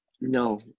no